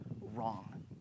wrong